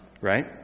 right